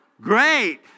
great